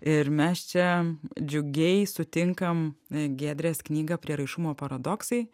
ir mes čia džiugiai sutinkam giedrės knygą prieraišumo paradoksai